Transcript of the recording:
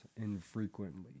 infrequently